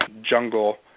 jungle